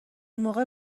موقع